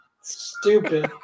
Stupid